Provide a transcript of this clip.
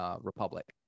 republic